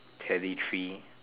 Teddy three